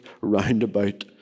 roundabout